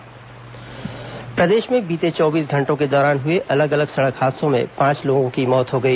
द्घटना प्रदेश में बीते चौबीस घंटों के दौरान हुए अलग अलग सड़क हादसों में पांच लोगों की मौत हो गई